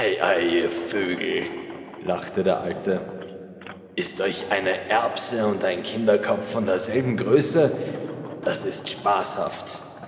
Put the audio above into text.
lachte der alte ist euch eine erbse und ein kinderkopf von derselben größe das ist spaßhaft